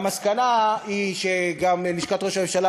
המסקנה היא שגם לשכת ראש הממשלה,